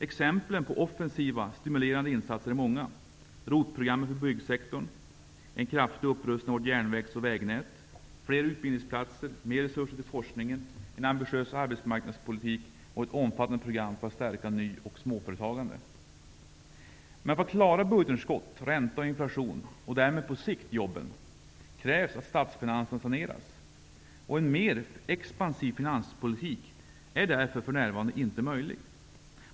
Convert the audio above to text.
Exemplen på offensiva, stimulerande insatser är många: ROT programmet för byggsektorn, en kraftig upprustning av vårt järnvägs och vägnät, fler utbildningsplatser, mer resurser till forskningen, en ambitiös arbetsmarknadspolitik och ett omfattande program för att stärka ny och småföretagande. Men för att klara budgetunderskott, ränta och inflation -- och därmed på sikt jobben -- krävs att statsfinanserna saneras. En mer expansiv finanspolitik är därför för närvarande inte möjlig.